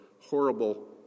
horrible